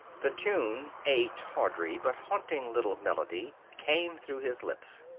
the tune a tawdry but haunting little melody came through his lips.